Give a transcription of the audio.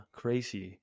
crazy